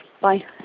Bye